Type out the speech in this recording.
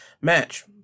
match